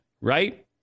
right